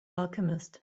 alchemist